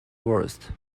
worst